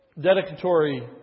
dedicatory